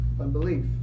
unbelief